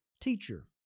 Teacher